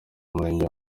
umurenge